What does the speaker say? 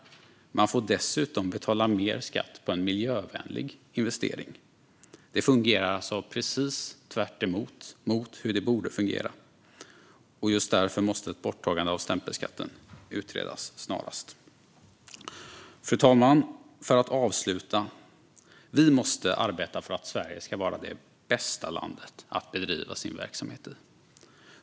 Man får dessutom betala mer skatt på en miljövänlig investering. Det fungerar alltså precis tvärtemot hur det borde fungera. Just därför måste ett borttagande av stämpelskatten utredas snarast. Avslutningsvis, fru talman: Vi måste arbeta för att Sverige ska vara det bästa landet att bedriva verksamhet i.